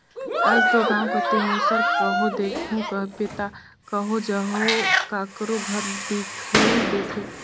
आएज दो गाँव कती मूसर कहो देखहू कहबे ता कहो जहो काकरो घर दिखई देथे